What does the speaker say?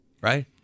right